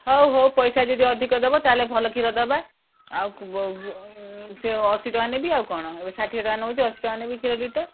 ହଉ ହଉ ପଇସା ଯଦି ଅଧିକ ଦବ ତା'ହେଲେ ଭଲ କ୍ଷୀର ଦବା ଆଉ ସେ ଅଶୀ ଟଙ୍କା ନେବି ଆଉ କ'ଣ ଏ ଷାଠିଏ ଟଙ୍କା ନଉଛି ଅଶୀ ଟଙ୍କା ନେବି କ୍ଷୀର ଲିଟର